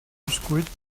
bescuit